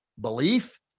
Belief